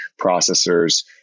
processors